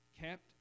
kept